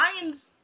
Lions